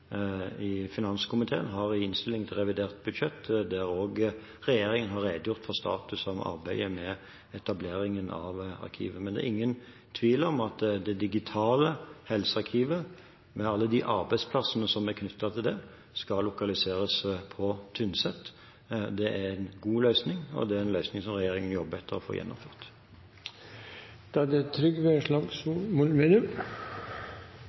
i finanskomiteen har i innstillingen til revidert budsjett – der også regjeringen har redegjort for statusen for arbeidet med etablering av arkivet. Men det er ingen tvil om at det digitale helsearkivet, med alle de arbeidsplassene som er knyttet til det, skal lokaliseres på Tynset. Det er en god løsning, og det er en løsning som regjeringen jobber for å få gjennomført.